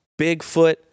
Bigfoot